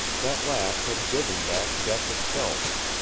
that laugh had driven back death itself.